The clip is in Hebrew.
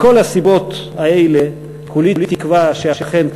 מכל הסיבות האלה כולי תקווה שאכן,